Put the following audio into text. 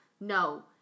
no